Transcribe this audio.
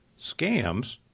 scams